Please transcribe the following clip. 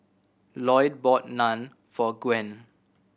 Loyd bought Naan for Gwen